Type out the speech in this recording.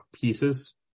pieces